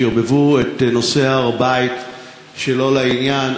וערבבו את נושא הר-הבית שלא לעניין,